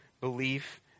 belief